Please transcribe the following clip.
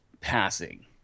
passing